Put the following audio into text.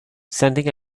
sending